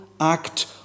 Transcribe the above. act